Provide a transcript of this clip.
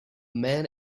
man